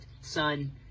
son